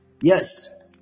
Yes